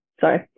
Sorry